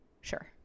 Sure